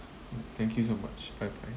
mm thank you so much bye bye